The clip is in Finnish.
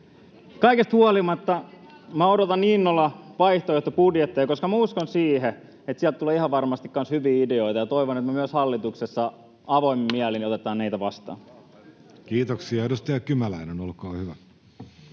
Kaikesta huolimatta minä odotan innolla vaihtoehtobudjetteja, koska minä uskon siihen, että sieltä tulee ihan varmasti kanssa hyviä ideoita, ja toivon, että myös me hallituksessa avoimin mielin otetaan niitä vastaan. Kiitoksia. — Edustaja Kymäläinen, olkaa hyvä.